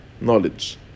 knowledge